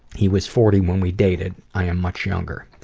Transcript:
he was forty when we dated. i am much younger.